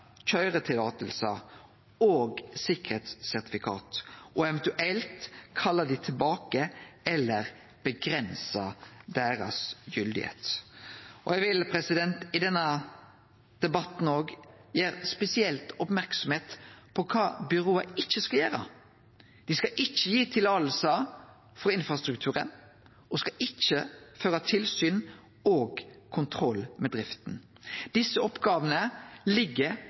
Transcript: og sikkerheitssertifikat og eventuelt kalle dei tilbake eller avgrense om dei er gyldige. Eg vil i denne debatten òg gjere spesielt merksam på kva byrået ikkje skal gjere. Dei skal ikkje gi løyve for infrastrukturen og skal ikkje føre tilsyn og kontroll med drifta. Desse oppgåvene ligg